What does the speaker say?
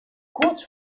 kurz